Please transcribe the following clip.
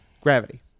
Gravity